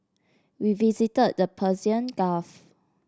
we visited the Persian Gulf